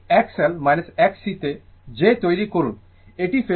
আপনি XL Xc তে j তৈরি করুন এটি ফেজোর প্রতিনিধিত্ব